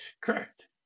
correct